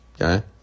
Okay